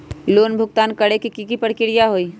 Loan भुगतान करे के की की प्रक्रिया होई?